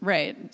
Right